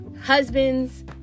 husbands